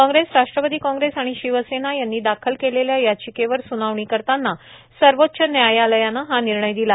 काँग्रेस राष्ट्रवादी काँग्रेस आणि शिवसेना यांनी दाखल केलेल्या याचिकेवर सुनावणी करताना सर्वोच्च व्यायालयानं हा विर्णय दिला